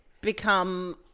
become